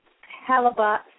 halibut